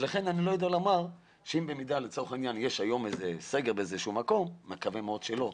ולכן אני לא יודע לומר אם יהיה סגר באיזשהו מקום מקווה מאוד שלא.